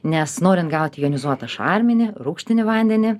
nes norint gauti jonizuotą šarminį rūgštinį vandenį